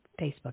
Facebook